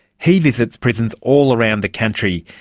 he visits prisons all around the country,